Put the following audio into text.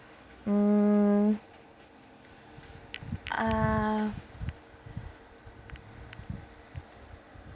mm uh